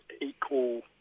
equal